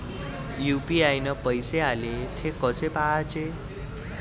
UPI न पैसे आले, थे कसे पाहाचे?